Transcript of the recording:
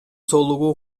соолугу